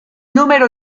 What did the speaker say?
numero